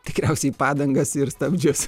tikriausiai padangas ir stabdžius